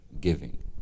Giving